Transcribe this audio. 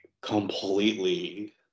completely